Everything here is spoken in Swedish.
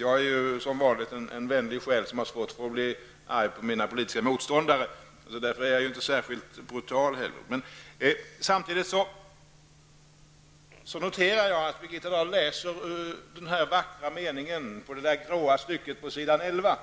Jag är en vänlig själ, som har svårt att bli arg på mina politiska motståndare, och därför är jag inte särskilt brutal. Men jag noterade att Birgitta Dahl citerade den vackra meningen i det grå stycket på s. 11,